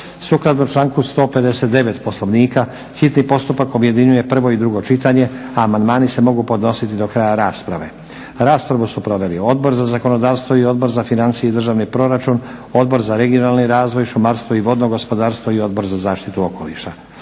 Sukladno članku 159. Poslovnika hitni postupak objedinjuje prvo i drugo čitanje, a amandmani se mogu podnositi do kraja rasprave. Raspravu su proveli Odbor za zakonodavstvo i Odbor za financije i državni proračun, Odbor za regionalni razvoj, šumarstvo i vodno gospodarstvo i Odbor za zaštitu okoliša.